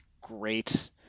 great